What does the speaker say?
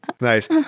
Nice